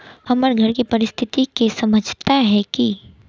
हमर घर के परिस्थिति के समझता है की?